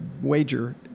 wager